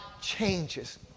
changes